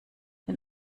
den